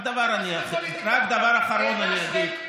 רק דבר אחרון אני אגיד.